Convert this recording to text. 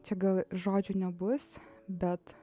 čia gal žodžių nebus bet